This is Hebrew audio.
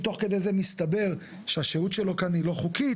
אם תוך כדי זה מסתבר שהשהות שלו כאן היא לא חוקית,